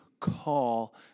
call